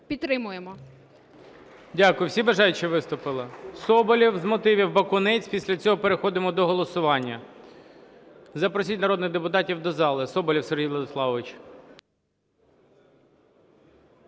ГОЛОВУЮЧИЙ. Дякую. Всі бажаючі виступили? Соболєв – з мотивів, Бакунець, після цього переходимо до голосування. Запросіть народних депутатів до зали. Соболєв Сергій Владиславович.